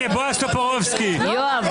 אנחנו